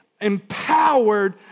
empowered